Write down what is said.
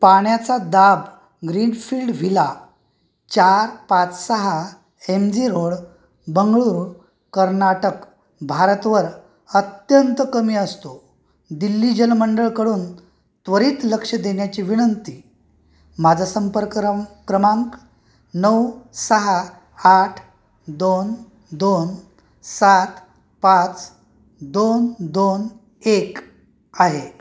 पाण्याचा दाब greenfield villa चार पाच सहा M G road Bengaluru Karnataka Bharat वर अत्यंत कमी असतो दिल्ली जल मंडळकडून त्वरित लक्ष देण्याची विनंती माझा संपर्क रम क्रमांक नऊ सहा आठ दोन दोन सात पाच दोन दोन एक आहे